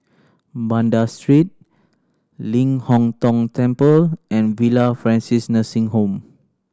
Banda Street Ling Hong Tong Temple and Villa Francis Nursing Home